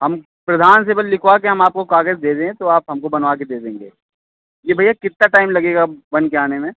हम प्रधान से एक बार लिखवाकर आपको कागज़ दे दे तो आप हमको बनवा के दे देंगे ये भैया कितना टाइम लगेगा बन के आने में